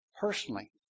Personally